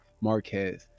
marquez